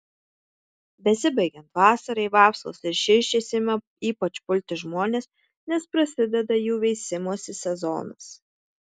besibaigiant vasarai vapsvos ir širšės ima ypač pulti žmones nes prasideda jų veisimosi sezonas